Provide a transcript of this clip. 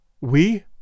We